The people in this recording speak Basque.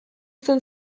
zen